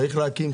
צריך להקים,